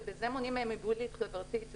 ובזה מונעים מהן מוביליות חברתית,